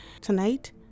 Tonight